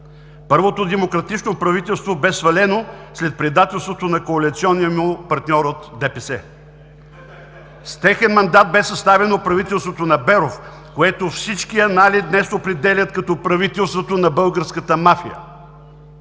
Първото демократично правителство бе свалено след предателството на коалиционния му партньор от ДПС. (Шум и реплики.) С техен мандат бе съставено правителството на Беров, което всички анали днес определят като „правителството на българската мафия“.